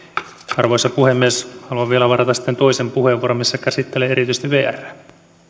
arvoisa puhemies haluan vielä varata sitten toisen puheenvuoron missä käsittelen erityisesti vrää